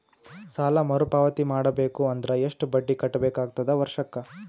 ಸಾಲಾ ಮರು ಪಾವತಿ ಮಾಡಬೇಕು ಅಂದ್ರ ಎಷ್ಟ ಬಡ್ಡಿ ಕಟ್ಟಬೇಕಾಗತದ ವರ್ಷಕ್ಕ?